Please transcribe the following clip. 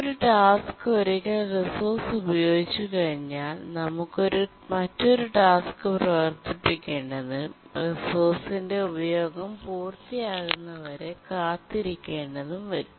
ഒരു ടാസ്ക് ഒരിക്കൽ റിസോഴ്സ് ഉപയോഗിച്ചുകഴിഞ്ഞാൽ നമുക്ക് മറ്റൊരു ടാസ്ക് പ്രവർത്തിപ്പിക്കേണ്ടതും റിസോഴ്സിന്റെ ഉപയോഗം പൂർത്തിയാകുന്നതുവരെ കാത്തിരിക്കേണ്ടതും വരും